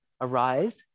Arise